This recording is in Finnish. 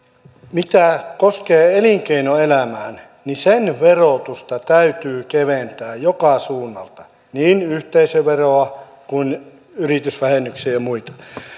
mikä koskee elinkeinoelämää niin sen verotusta täytyy keventää joka suunnalta niin yhteisöveroa kuin yritysvähennyksiä ja muita